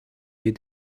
you